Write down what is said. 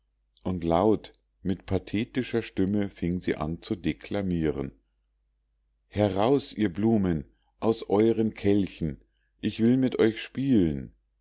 und laut mit pathetischer stimme fing sie an zu deklamieren heraus ihr blumen aus euren kelchen ich will mit euch spielen